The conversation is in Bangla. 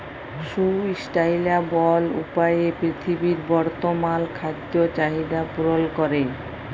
সুস্টাইলাবল উপায়ে পীরথিবীর বর্তমাল খাদ্য চাহিদ্যা পূরল ক্যরে